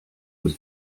was